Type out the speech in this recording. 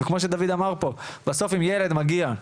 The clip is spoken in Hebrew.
כמו שדוד אמר פה בסוף אם ילד מגיע,